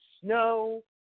snow